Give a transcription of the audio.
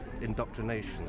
indoctrination